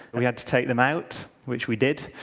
we had to take them out, which we did.